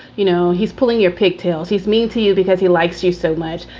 you know, he's pulling your pigtails. he's mean to you because he likes you so much.